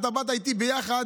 אתה באת איתי יחד,